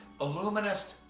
Illuminist